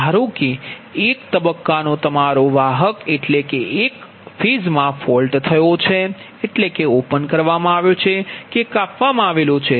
ધારો કે એક તબક્કાના વાહક તમારા ઓપન થયો છે અર્થ છે કાપવા મા આવેલો છે